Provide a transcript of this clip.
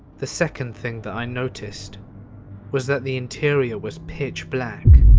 the second thing that i noticed was that the interior was pitch black.